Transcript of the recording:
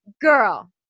girl